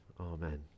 amen